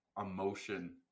emotion